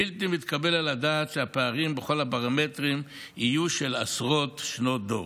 בלתי מתקבל על הדעת שהפערים בכל הפרמטרים יהיו של עשרות שנות דור.